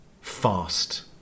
fast